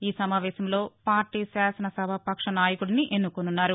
ఈసమావేశంలో party శాసనసభాపక్ష నాయకడిని ఎన్నుకోనున్నారు